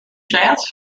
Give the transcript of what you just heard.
jazz